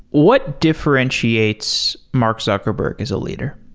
what differentiates mark zuckerberg as a leader?